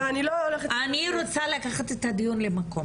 אני רוצה לקחת את הדיון למקום אחר.